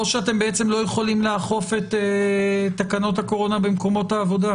או שאתם בעצם לא יכולים לאכוף את התקנות הקורונה במקומות העבודה,